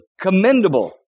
commendable